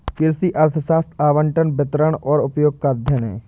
कृषि अर्थशास्त्र आवंटन, वितरण और उपयोग का अध्ययन है